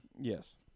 Yes